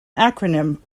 acronym